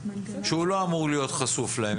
שהוא לא אמור להיות חשוף להם.